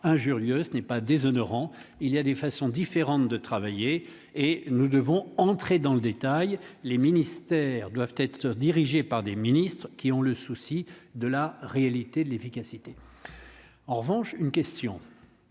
injurieux, ce n'est pas déshonorant, il y a des façons différentes de travailler et nous devons entrer dans le détail les ministères doivent être dirigées par des ministres qui ont le souci de la réalité de l'efficacité en revanche une question.